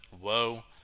whoa